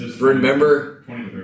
remember